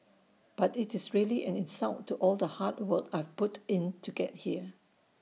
but IT is really an insult to all the hard work I've put in to get here